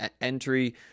entry